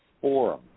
forum